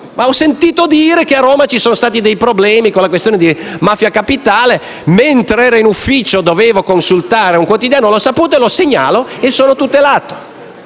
«ho sentito dire che a Roma ci sono stati problemi con la questione di Mafia Capitale, mentre ero in ufficio dovevo consultare un quotidiano e l'ho saputo», lo segnalo e sono tutelato.